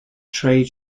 trade